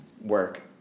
work